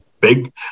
big